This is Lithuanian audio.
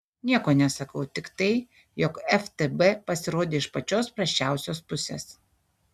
nieko nesakau tik tai jog ftb pasirodė iš pačios prasčiausios pusės